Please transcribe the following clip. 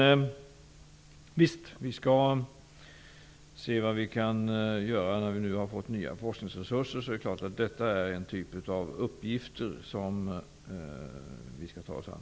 Vi skall se vad vi kan göra. Nu när vi har fått nya forskningsresurser är det klart att detta är den typ av uppgifter som vi skall ta oss an.